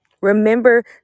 Remember